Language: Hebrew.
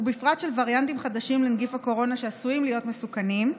ובפרט של וריאנטים חדשים לנגיף הקורונה שעשויים להיות מסוכנים,